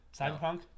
Cyberpunk